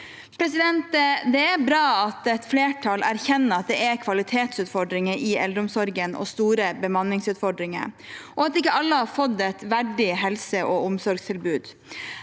intensjonene. Det er bra at et flertall erkjenner at det er kvalitetsutfordringer i eldreomsorgen og store bemanningsutfordringer, og at ikke alle har fått et verdig helse- og omsorgstilbud.